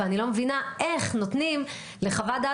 ואני לא מבינה איך נותנים לחוות דעת